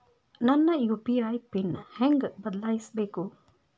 ನನ್ನ UPI PIN ಹೆಂಗ್ ಬದ್ಲಾಯಿಸ್ಬೇಕು?